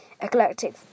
eclectic